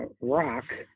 rock